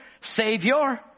savior